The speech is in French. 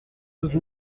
douze